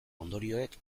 ondorioek